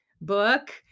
book